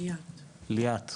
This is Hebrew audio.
ליאת,